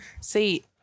See